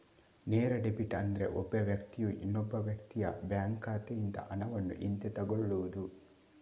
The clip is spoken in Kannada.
ನೇರ ಡೆಬಿಟ್ ಅಂದ್ರೆ ಒಬ್ಬ ವ್ಯಕ್ತಿಯು ಇನ್ನೊಬ್ಬ ವ್ಯಕ್ತಿಯ ಬ್ಯಾಂಕ್ ಖಾತೆಯಿಂದ ಹಣವನ್ನು ಹಿಂದೆ ತಗೊಳ್ಳುದು